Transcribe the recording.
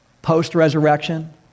Post-resurrection